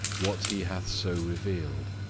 what he hath so revealed.